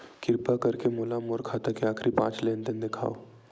किरपा करके मोला मोर खाता के आखिरी पांच लेन देन देखाव